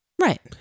Right